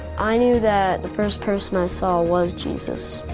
i knew that the first person i saw was jesus.